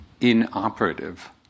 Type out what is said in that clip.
inoperative